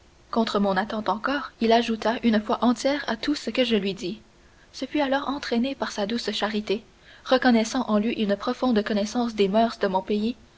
contre mon attente encore il ajouta une foi entière à tout ce que je lui dis ce fut alors qu'entraîné par sa douce charité reconnaissant en lui une profonde connaissance des moeurs de mon pays